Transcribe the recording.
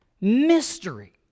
mystery